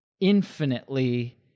infinitely